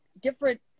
different